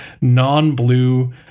non-blue